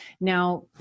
Now